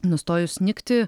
nustojus snigti